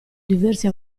diversi